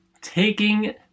taking